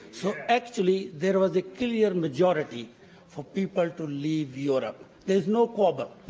so, actually, there was a clear majority for people to leave europe. there is no quarrel. but